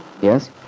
Yes